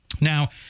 Now